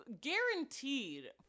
guaranteed